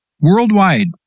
worldwide